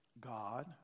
God